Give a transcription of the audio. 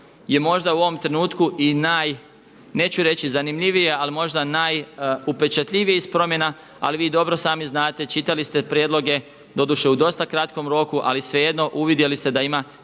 je možda u ovom trenutku i naj, neću reći najzanimljivija ali možda najupečatljiviji niz promjena ali vi dobro sami znate, čitali ste prijedloge, doduše u dosta kratkom roku ali svejedno uvidjeli ste ima